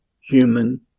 human